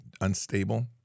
unstable